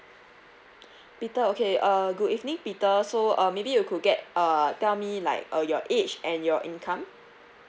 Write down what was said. peter okay uh good evening peter so uh maybe you could get uh tell me like uh your age and your income